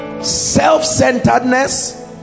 self-centeredness